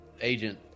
Agent